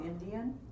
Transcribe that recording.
Indian